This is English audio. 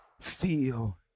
feel